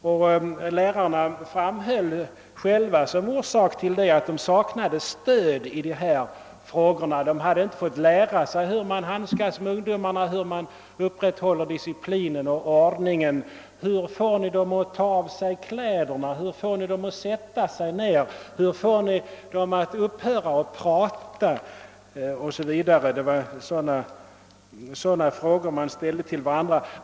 Som orsak till missförhållandena angav lärarna själva bl.a. att de saknade kunskaper om hur man handskas med ungdomar, hur man upprätthåller disciplin och ordning, hur man får eleverna att ta av sig ytterkläderna, hur man får dem att ta plats i bänkarna, att upphöra att prata o.s.v. Det var frågor av det slaget som lärarna ställde till varandra.